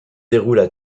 déroulent